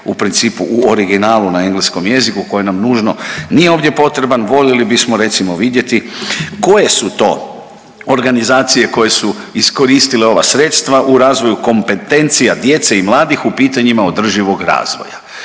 u principu u originalu na engleskom jeziku koji nam nužno nije ovdje potreban voljeli bismo recimo vidjeti koje su to organizacije koje su iskoristile ova sredstva u razvoju kompetencija djece i mladih u pitanjima održivog razvoja.